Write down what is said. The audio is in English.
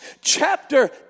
chapter